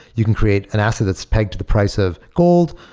you can create an asset that's pegged the price of gold,